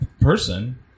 person